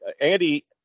Andy